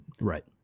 right